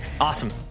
awesome